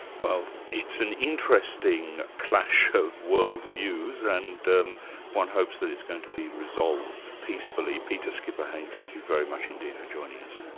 well, it's an interesting clash of world views, and um one hopes that it's going to be resolved peacefully. peter schipperheyn, thank you very much indeed for joining us.